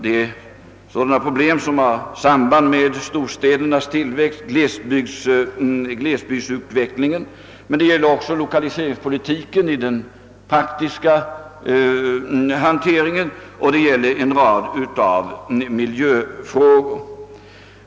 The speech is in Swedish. Det är fråga om problem, som har samband med storstädernas tillväxt och glesbygdsutvecklingen, men också den praktiska utformningen av lokaliseringspolitiken och en rad miljöfrågor.